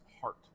heart